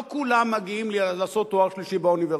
לא כולם מגיעים לעשות תואר שלישי באוניברסיטה,